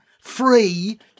free